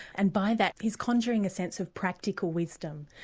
and by that he's conjuring a sense of practical wisdom,